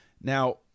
now